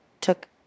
took